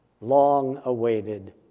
long-awaited